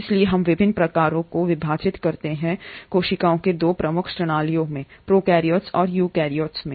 इसलिए हम विभिन्न प्रकारों को विभाजित करते हैं कोशिकाओं के 2 प्रमुख श्रेणियों प्रोकैरियोट्स और यूकेरियोट्स में